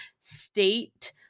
state